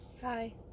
Hi